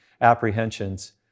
apprehensions